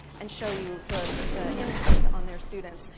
and show you the the impact on their students.